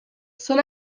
són